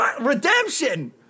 Redemption